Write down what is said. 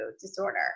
disorder